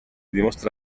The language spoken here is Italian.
dimostra